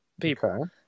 people